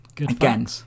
again